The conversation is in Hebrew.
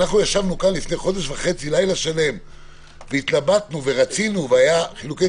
ישבנו פה לפני חודש וחצי לילה שלם והתלבטנו והיו חילוקי